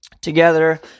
together